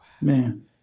Man